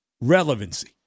relevancy